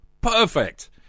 Perfect